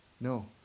No